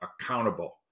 accountable